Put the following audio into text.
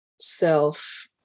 self